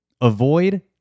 Avoid